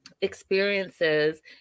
experiences